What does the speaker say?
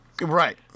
Right